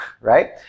right